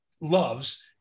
loves